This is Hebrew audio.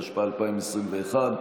התשפ"א 2021,